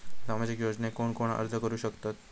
सामाजिक योजनेक कोण कोण अर्ज करू शकतत?